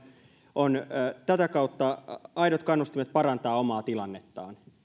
on tätä kautta aidot kannustimet parantaa omaa tilannettaan